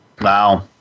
Wow